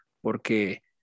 porque